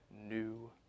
new